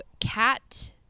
cat